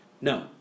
No